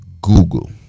google